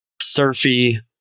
surfy